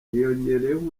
hiyongereyeho